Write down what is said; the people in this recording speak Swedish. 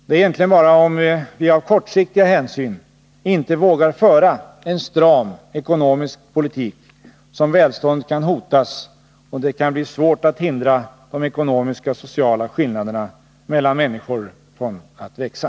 Det är egenligen bara om vi av kortsiktiga hänsyn inte vågar föra en stram ekonomisk politik som välståndet kan hotas, och det kan bli svårt att hindra de ekonomiska och sociala skillnaderna mellan människor från att växa.